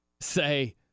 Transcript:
say